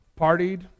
partied